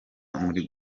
muri